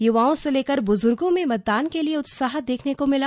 युवाओं से लेकर बुजुर्गों में मतदान के लिए उत्साह देखने को मिला